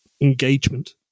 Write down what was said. engagement